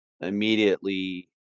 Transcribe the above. immediately